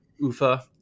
ufa